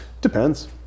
Depends